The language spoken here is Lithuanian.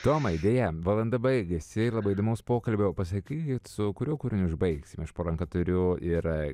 tomai deja valanda baigėsi labai įdomaus pokalbio pasakykit su kuriuo kūriniu užbaigsime aš po ranka turiu ir